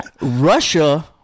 Russia